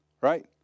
right